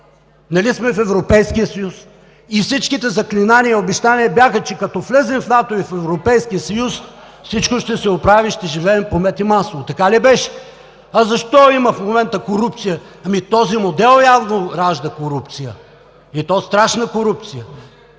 нали сме в Европейския съюз? И всички заклинания и обещания бяха, че като влезем в НАТО и в Европейския съюз, всичко ще се оправи и ще живеем по мед и масло. Така ли беше? А защо има в момента корупция? Този модел явно ражда корупция. И то страшна корупция!